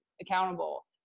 accountable